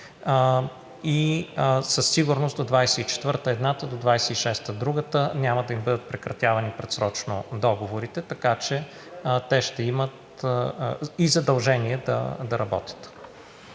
и със сигурност до 2024 г. едната, до 2026 г. другата, няма да им бъдат прекратявани предсрочно договорите, така че те ще имат и задължение да работят.